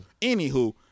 Anywho